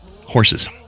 Horses